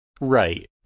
Right